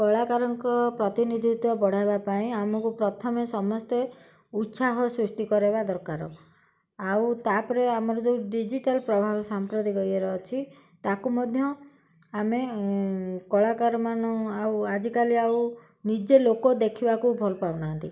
କଳାକାରଙ୍କ ପ୍ରତିନିଧିତ୍ୱ ବଢ଼ାଇବା ପାଇଁ ଆମକୁ ପ୍ରଥମେ ସମସ୍ତେ ଉତ୍ସାହ ସୃଷ୍ଟି କରାଇବା ଦରକାର ଆଉ ତା'ପରେ ଆମର ଯେଉଁ ଡିଜିଟାଲ୍ ପ୍ରଭାବ ସାମ୍ପ୍ରତିକ ଇଏର ଅଛି ତାକୁ ମଧ୍ୟ ଆମେ କଳାକାରମାନ ଆଉ ଆଜିକାଲି ଆଉ ନିଜେ ଲୋକ ଦେଖିବାକୁ ଭଲ ପାଉନାହାନ୍ତି